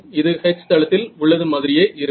இது H தளத்தில் உள்ளது மாதிரியே இருக்கும்